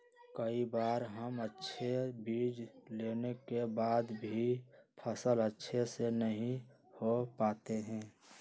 कई बार हम अच्छे बीज लेने के बाद भी फसल अच्छे से नहीं हो पाते हैं?